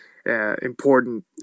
Important